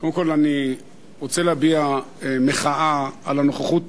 קודם כול אני רוצה להביע מחאה על הנוכחות